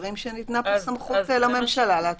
דברים שניתנה פה סמכות לממשלה להתקין תקנות.